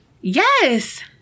Yes